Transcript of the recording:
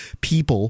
people